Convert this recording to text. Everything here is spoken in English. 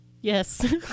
yes